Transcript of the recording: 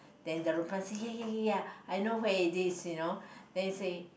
then the Rompan say ya ya ya ya I know where it is you know then he say